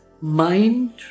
mind